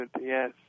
yes